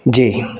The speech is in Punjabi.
ਜੀ